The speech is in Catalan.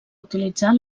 utilitzar